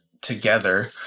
together